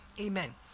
amen